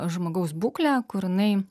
žmogaus būklė kur jinai